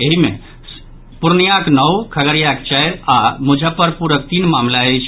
एहि मे सँ पूर्णियाँक नओ खगड़ियाक चारि आओर मुजफ्फरपुरक तीन मामिला अछि